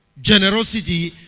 Generosity